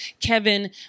Kevin